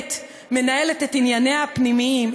באמת מנהלת את ענייניה הפנימיים,